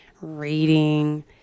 reading